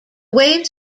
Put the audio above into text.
waves